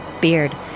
beard